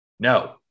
No